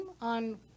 on